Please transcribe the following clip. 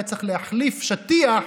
היה צריך להחליף שטיח,